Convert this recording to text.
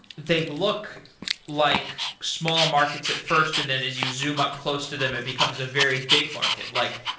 they look like small markets at first and then as you zoom up close to them, it becomes a very big market, like,